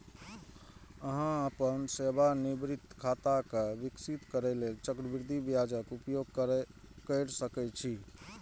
अहां अपन सेवानिवृत्ति खाता कें विकसित करै लेल चक्रवृद्धि ब्याजक उपयोग कैर सकै छी